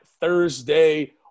Thursday